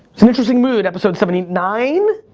was an interesting mood, episode seventy nine,